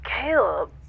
Caleb